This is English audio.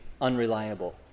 unreliable